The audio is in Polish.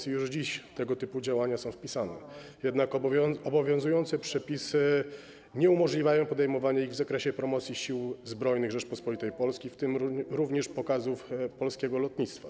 Już dziś tego typu działania są wpisane do działań własnych agencji, jednak obowiązujące przepisy nie umożliwiają podejmowania ich w zakresie promocji sił zbrojnych Rzeczypospolitej Polskiej, w tym również pokazów polskiego lotnictwa.